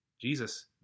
Jesus